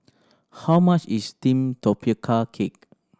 how much is steamed cake